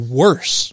worse